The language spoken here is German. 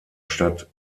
stadt